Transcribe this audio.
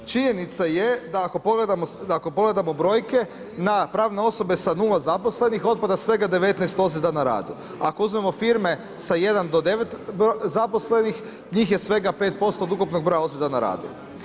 Činjenica je da ako pogledamo brojke na pravne osobe sa nula zaposlenih otpada svega 19 ozljeda na radu, ako uzmemo firme sa jedan do devet zaposlenih njih je svega 5% od ukupnog broja ozljeda na radu.